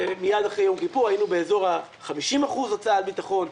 מיד אחרי יום כיפור היינו באזור ה-50% הוצאה על ביטחון,